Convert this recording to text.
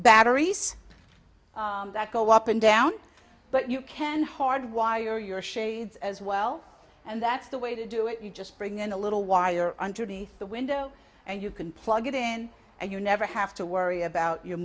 batteries that go up and down but you can hard wire your shades as well and that's the way to do it you just bring in a little wire underneath the window and you can plug it in and you never have to worry about your